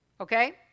Okay